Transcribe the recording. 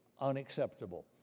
unacceptable